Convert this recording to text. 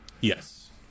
Yes